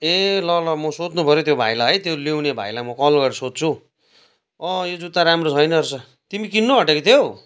ए ल ल म सोध्नु पऱ्यो हौ त्यो भाइलाई है त्यो ल्याउने भाइलाई म कल गरेर सोध्छु हौ अँ यो जुत्ता राम्रो छैन रहेछ तिमी किन्नु आँटेको थियौँ